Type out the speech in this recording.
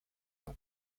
nom